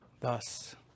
Thus